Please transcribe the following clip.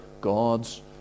God's